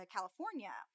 California